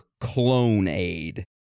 Clone-Aid